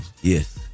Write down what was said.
Yes